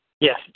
Yes